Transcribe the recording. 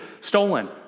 stolen